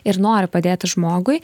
ir nori padėti žmogui